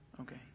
Okay